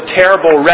terrible